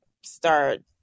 start